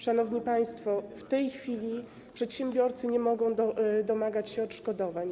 Szanowni państwo, w tej chwili przedsiębiorcy nie mogą domagać się odszkodowań.